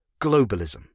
globalism